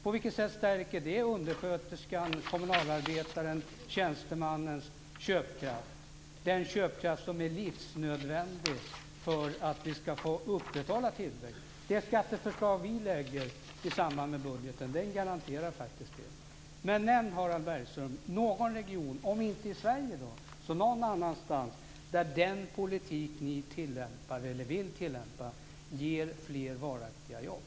På vilket sätt stärker det undersköterskans, kommunalarbetarens och tjänstemannens köpkraft - den köpkraft som är livsnödvändig för att vi ska kunna upprätthålla tillväxten? Det skatteförslag vi lägger fram i samband med budgeten garanterar faktiskt det. Men nämn någon region, Harald Bergström, om inte i Sverige så någon annanstans, där den politik ni vill tillämpa ger fler varaktiga jobb!